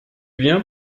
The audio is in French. viens